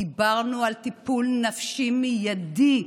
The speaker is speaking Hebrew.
דיברנו על טיפול נפשי מיידי,